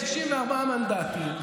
64 מנדטים,